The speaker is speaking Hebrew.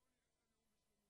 בואו נראה את הנאום בשלמותו.